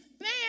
man